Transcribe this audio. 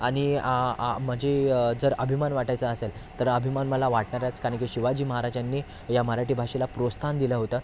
आणि म्हणजे जर अभिमान वाटायचा असेल तर अभिमान मला वाटणारच कारण की शिवाजी महाराजांनी या मराठी भाषेला प्रोत्साहन दिलं होतं